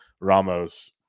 Ramos